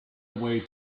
away